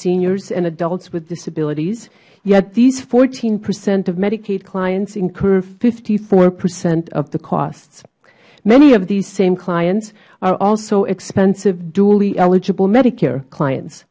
seniors and adults with disabilities yet this fourteen percent of medicaid clients incur fifty four percent of the costs many of these same clients are also expensive dually eligible medicare